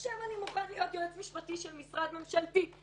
עכשיו אני מוכן להיות יועץ משפטי של משרד ממשלתי,